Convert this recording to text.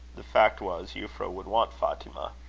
the fact was, euphra would want fatima.